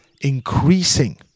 increasing